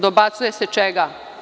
Dobacuje se: „čega“